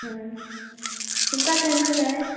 हय तुमकां केन्ना जाय